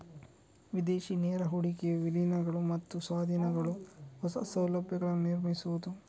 ವಿದೇಶಿ ನೇರ ಹೂಡಿಕೆಯು ವಿಲೀನಗಳು ಮತ್ತು ಸ್ವಾಧೀನಗಳು, ಹೊಸ ಸೌಲಭ್ಯಗಳನ್ನು ನಿರ್ಮಿಸುವುದು